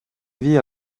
vie